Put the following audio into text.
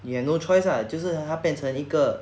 you have no choice lah 就是它变成一个